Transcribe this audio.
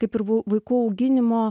kaip ir vaikų auginimo